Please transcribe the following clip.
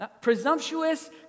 Presumptuous